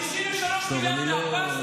כל הזמן.